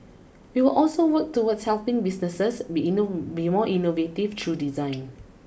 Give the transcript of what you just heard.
we will also work towards helping businesses be be more innovative through design